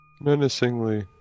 Menacingly